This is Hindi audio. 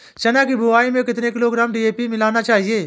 चना की बुवाई में कितनी किलोग्राम डी.ए.पी मिलाना चाहिए?